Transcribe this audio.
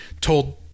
told